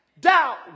doubt